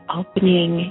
opening